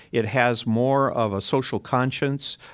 it has more of a social conscience,